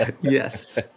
Yes